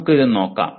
നമുക്ക് ഇത് നോക്കാം